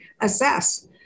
assess